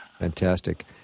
Fantastic